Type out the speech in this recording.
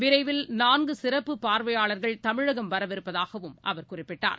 விரைவில் நான்கு சிறப்பு பார்வையாளர்கள் தமிழகம் வரவிருப்பதாகவும் அவர் குறிப்பிட்டார்